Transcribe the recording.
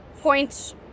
point